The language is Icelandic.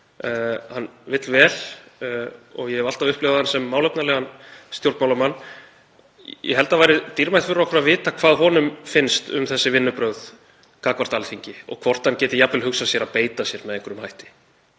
Hann vill vel og ég hef alltaf upplifað hann sem málefnalegan stjórnmálamann. Ég held að það væri dýrmætt fyrir okkur að vita hvað honum finnst um þessi vinnubrögð gagnvart Alþingi og hvort hann geti jafnvel hugsað sér að beita sér með einhverjum hætti